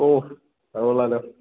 ഓ അത് കൊള്ളാമല്ലോ